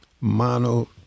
mono